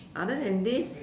other than this